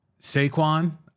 Saquon